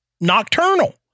nocturnal